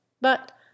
But